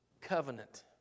covenant